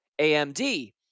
AMD